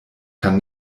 kann